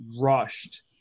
rushed